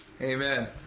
Amen